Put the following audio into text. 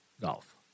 golf